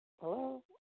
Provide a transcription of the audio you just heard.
Hello